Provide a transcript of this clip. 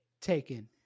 Taken